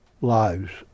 lives